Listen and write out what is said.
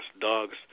dogs